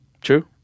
True